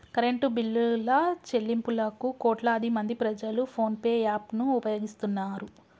current బిల్లుల చెల్లింపులకు కోట్లాదిమంది ప్రజలు ఫోన్ పే యాప్ ను ఉపయోగిస్తున్నారు